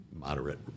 moderate